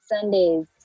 Sundays